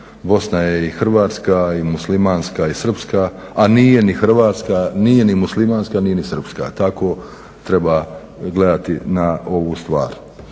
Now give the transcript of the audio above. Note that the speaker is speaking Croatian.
Bosna je i Hrvatska i muslimanska i srpska a nije ni Hrvatska nije ni muslimanska nije ni srpska, tako treba gledati na ovu stvar.